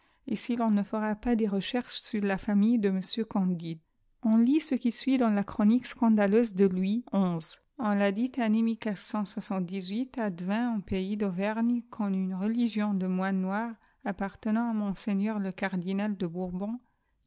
et si l'on ne fera pas des recherches sur la famille de m candide on lit ce qui suit dans la chronique scandaleuse de louis xi on l'a dit à un pays d'auvergne que eirune religion de moines noirs appartenant à monseigneur le cardinal de bourbon